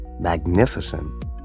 magnificent